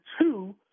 two